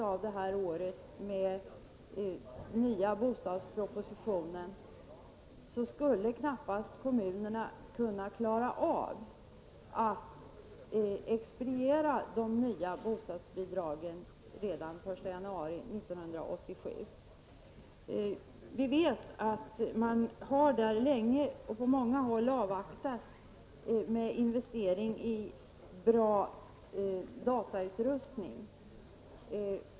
Om nämligen en bostadsproposition läggs fram i slutet av året kan kommunerna knappast klara av att expediera de nya bostadsbidragen redan fr.o.m. den 1 januari 1987. Vi vet att man på många håll har avvaktat ganska länge med investeringar i bra datautrustning.